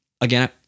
again